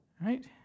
right